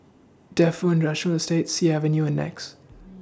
Defu Industrial Estate Sea Avenue and Nex